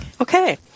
Okay